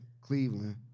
Cleveland